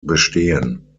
bestehen